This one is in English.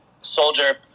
soldier